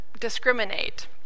discriminate